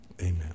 Amen